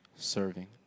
serving